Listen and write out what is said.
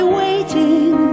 waiting